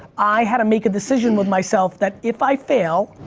i had to make a decision with myself that if i fail,